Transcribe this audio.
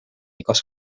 igas